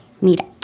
Mira